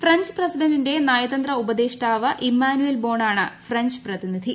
French പ്രസിഡന്റിന്റെ നയതന്ത്ര ഉപദേഷ്ടാവ് ഇമ്മാനുവേൽ ബോണാണ് ഫ്രഞ്ച് പ്രതിനിധി